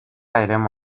eremu